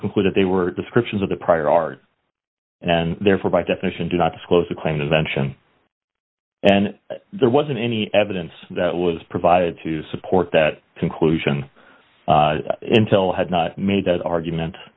concluded they were descriptions of the prior art and therefore by definition do not disclose a claim invention and there wasn't any evidence that was provided to support that conclusion intel had not made that argument